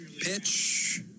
Pitch